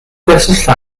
gwersylla